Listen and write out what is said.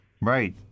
Right